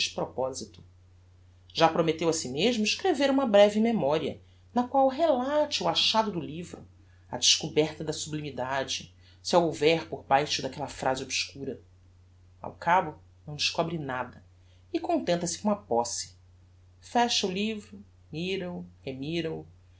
desproposito já prometteu a si mesmo escrever uma breve memoria na qual relate o achado do livro e a descoberta da sublimidade se a houver por baixo daquella phrase obscura ao cabo não descobre nada e contenta-se com a posse fecha o livro mira o remira o chega-se á